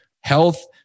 Health